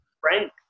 Frank